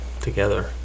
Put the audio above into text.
together